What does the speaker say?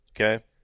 Okay